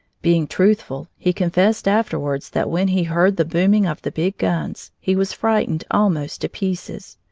being truthful, he confessed afterwards that when he heard the booming of the big guns, he was frightened almost to pieces.